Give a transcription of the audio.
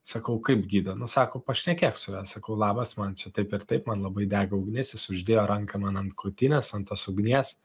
sakau kaip gydo nu sako pašnekėk su juo sakau labas man čia taip ir taip man labai dega ugnis jis uždėjo ranką man ant krūtinės ant tos ugnies